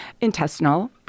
intestinal